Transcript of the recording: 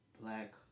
black